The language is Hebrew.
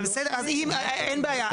אין בעיה,